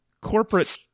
Corporate